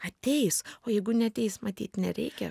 ateis o jeigu neateis matyt nereikia